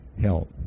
help